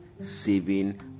saving